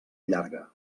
llarga